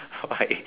alright